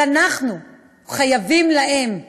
אבל אנחנו חייבים להם,